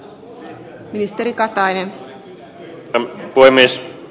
arvoisa puhemies